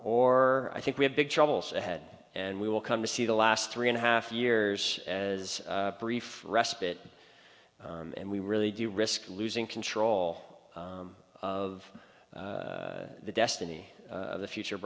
or i think we have big troubles ahead and we will come to see the last three and a half years as brief respite and we really do risk losing control of the destiny of the future